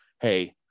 hey